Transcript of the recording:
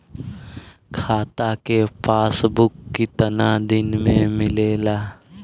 खाता के पासबुक कितना दिन में मिलेला?